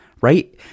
right